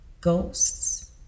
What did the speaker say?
ghosts